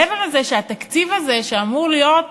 מעבר לזה שהתקציב הזה אמור להיות